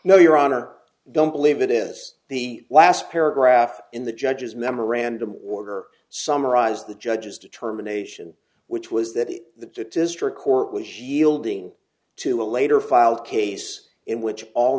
no your honor i don't believe it is the last paragraph in the judge's memorandum order summarize the judge's determination which was that the district court was yielding to a later filed case in which all